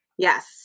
Yes